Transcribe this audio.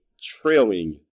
trailing